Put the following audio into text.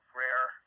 rare